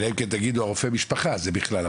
אלא אם כן תגידו הרופא משפחה זה בכלל,